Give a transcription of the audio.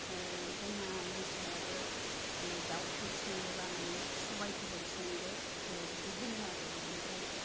जोंना मिस्टाराबो दाउफोर सङोब्ला मानि सबाइ फोरजों संदो बिदि होनो आरो आमफ्राय